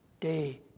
Day